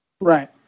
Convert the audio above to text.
Right